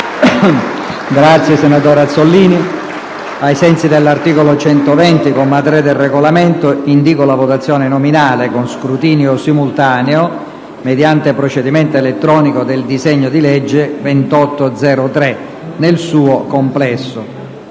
apre una nuova finestra"). Ai sensi dell'articolo 120, comma 3, del Regolamento, indìco la votazione nominale con scrutinio simultaneo, mediante procedimento elettronico, del disegno di legge n. 2803, nel suo complesso.